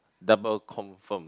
double confirm